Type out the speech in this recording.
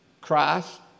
Christ